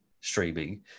streaming